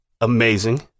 amazing